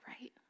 right